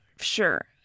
Sure